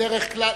בדרך כלל,